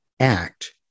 act